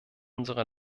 unsere